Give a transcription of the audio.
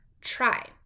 try